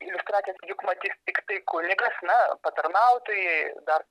iliustracijas juk matys tiktai kunigas na patarnautojai dar